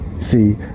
See